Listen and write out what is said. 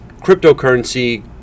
Cryptocurrency